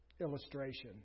illustration